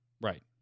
Right